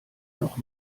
noch